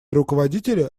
руководители